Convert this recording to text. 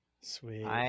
Sweet